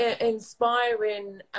inspiring